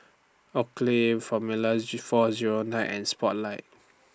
Oakley Formula Z four Zero nine and Spotlight